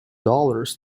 dollars